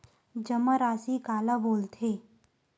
जमा राशि काला बोलथे?